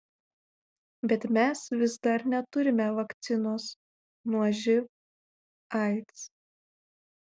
bet mes vis dar neturime vakcinos nuo živ aids